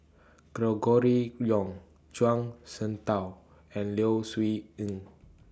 Gregory Yong Zhuang Shengtao and Low Siew Nghee